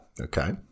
okay